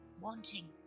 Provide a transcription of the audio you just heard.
wanting